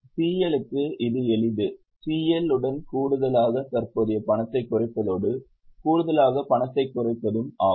CL க்கு இது எளிது CL உடன் கூடுதலாக தற்போதைய பணத்தை குறைப்பதோடு கூடுதலாக பணத்தைக் குறைப்பதும் ஆகும்